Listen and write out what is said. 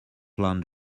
land